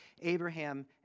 Abraham